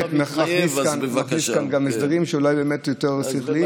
באמת מכניס כאן גם הסדרים שהם אולי יותר שכליים,